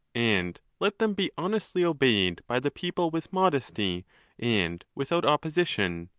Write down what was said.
and let them be honestly obeyed by the people with modesty and without opposition.